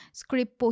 script